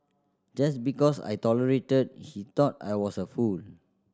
just because I tolerated he thought I was a fool